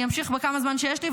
אני אמשיך בכמה זמן שיש לי,